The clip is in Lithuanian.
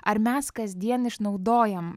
ar mes kasdien išnaudojam